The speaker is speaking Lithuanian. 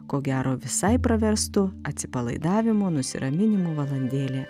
ko gero visai praverstų atsipalaidavimo nusiraminimo valandėlė